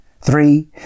three